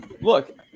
Look